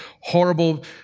horrible